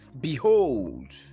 Behold